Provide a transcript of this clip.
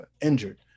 injured